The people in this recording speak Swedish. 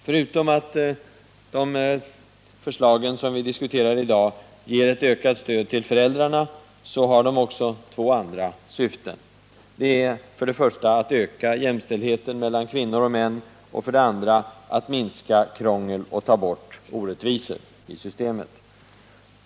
Förutom att de ger ett ökat stöd till föräldrarna har de också två andra syften: för det första att öka jämställdheten mellan kvinnor och män och för det andra att minska krångel och ta bort orättvisor i systemet.